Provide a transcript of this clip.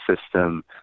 system